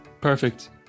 Perfect